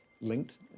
linked